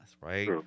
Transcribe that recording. right